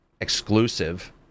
exclusive